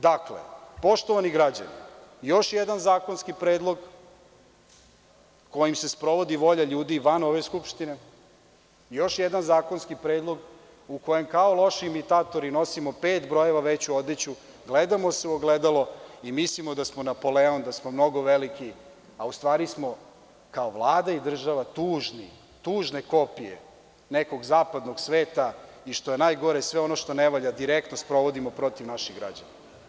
Dakle, poštovani građani, još jedan zakonski predlog kojim se sprovodi volja ljudi i van ove Skupštine, još jedan zakonski predlog u kojem kao loši imitatori nosimo pet brojeva veću odeću, gledamo se u ogledalo i mislimo da smo Napoleon, da smo mnogo veliki, a u stvari smo kao Vlada i država tužni, tužne kopije nekog zapadnog sveta i što je najgore, sve ono što ne valja direktno sprovodimo protiv naših građana.